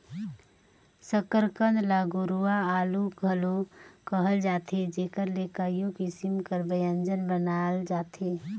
सकरकंद ल गुरूवां आलू घलो कहल जाथे जेकर ले कइयो किसिम कर ब्यंजन बनाल जाथे